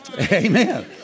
Amen